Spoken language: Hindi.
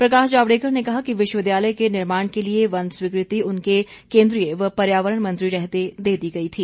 प्रकाश जावड़ेकर ने कहा कि विश्वविद्यालय के निर्माण के लिए वन स्वीकृति उनके केन्द्रीय व पर्यावरण मंत्री रहते दे दी गई थी